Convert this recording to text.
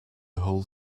whole